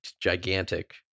gigantic